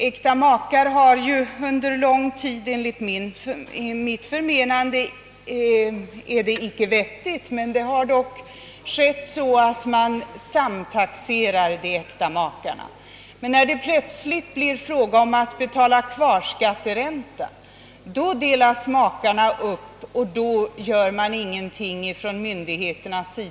äkta makar har under lång tid samtaxerats — enligt mitt förmenande är det icke vettigt men det har dock skett. Men när det blir fråga om att betala kvarskatteränta behandlas makarna plötsligt var och en för sig.